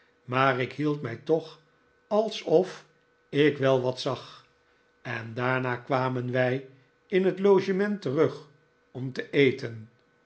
maar ik hield mij toch alsof ik wel wat zag en daarna kwamen wij in het logement terug om te eten